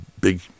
big